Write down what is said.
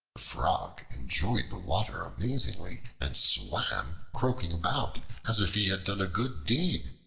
the frog enjoyed the water amazingly, and swam croaking about, as if he had done a good deed.